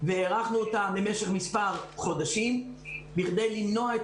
והארכנו אותן למשך מספר חודשים בכדי למנוע את